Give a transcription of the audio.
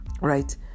right